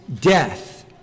death